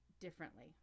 differently